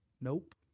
Nope